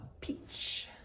Peach